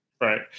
Right